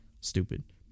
Stupid